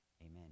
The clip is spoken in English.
amen